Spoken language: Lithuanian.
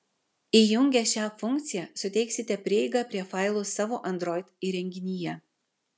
įjungę šią funkciją suteiksite prieigą prie failų savo android įrenginyje